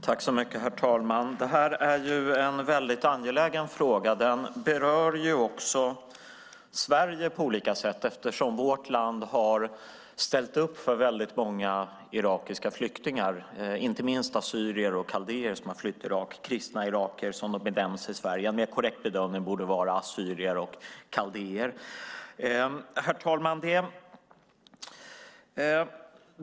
Herr talman! Frågan är väldigt angelägen. Den berör också Sverige på olika sätt eftersom vårt land har ställt upp för väldigt många irakiska flyktingar, inte minst assyrier och kaldéer som flytt från Irak - kristna irakier som de benämns i Sverige, men en mer korrekt bedömning borde vara assyrier och kaldéer. Herr talman!